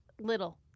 Little